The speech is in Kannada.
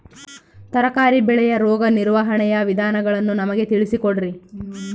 ತರಕಾರಿ ಬೆಳೆಯ ರೋಗ ನಿರ್ವಹಣೆಯ ವಿಧಾನಗಳನ್ನು ನಮಗೆ ತಿಳಿಸಿ ಕೊಡ್ರಿ?